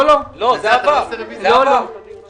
מי בעד הרביזיה, ירים את ידו?